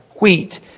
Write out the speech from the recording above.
Wheat